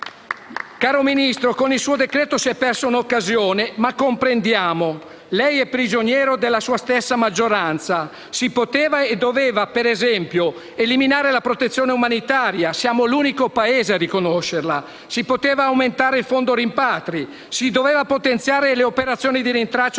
da lei proposto si è persa un'occasione, ma comprendiamo: lei è prigioniero della sua stessa maggioranza. Si poteva e doveva, ad esempio, eliminare la protezione umanitaria (siamo l'unico Paese a riconoscerla); aumentare il Fondo rimpatri; potenziare le operazioni di rintraccio